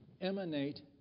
emanate